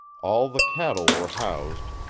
all the cattle were housed,